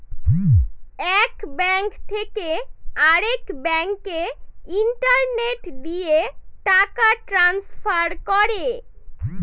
এক ব্যাঙ্ক থেকে আরেক ব্যাঙ্কে ইন্টারনেট দিয়ে টাকা ট্রান্সফার করে